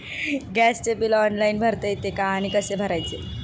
गॅसचे bill online भरता येते का आणि कसे भरायचे?